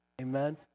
Amen